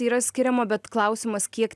yra skiriama bet klausimas kiek